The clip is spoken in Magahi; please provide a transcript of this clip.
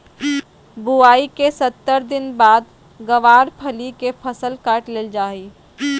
बुआई के सत्तर दिन बाद गँवार फली के फसल काट लेल जा हय